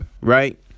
right